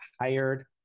hired